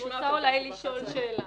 אני רוצה אולי לשאול שאלה.